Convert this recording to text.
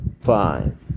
fine